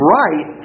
right